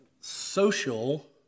social